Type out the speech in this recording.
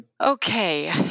Okay